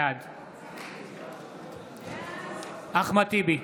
בעד אחמד טיבי,